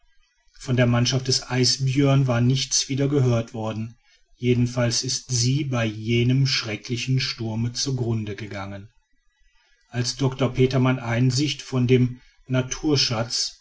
von der mannschaft des isbjörn war nichts wieder gehört worden jedenfalls ist sie bei jenem schrecklichen sturme zugrunde gegangen als dr petermann einsicht von dem naturschatz